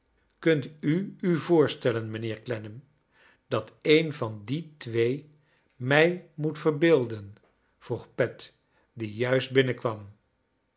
kunt n u voorstellen mijnheer clennam dat een van die twee niij moet verbeelden vroeg pet die juist binnenkwam